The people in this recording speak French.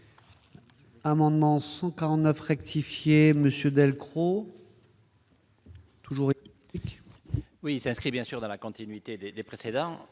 Amendements sont 49 rectifier monsieur Delcros. Toujours eu. Oui s'inscrit bien sûr dans la continuité des des précédents